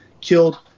killed